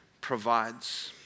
provides